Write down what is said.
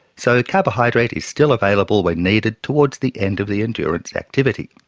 so carbohydrate is still available when needed towards the end of the endurance activity.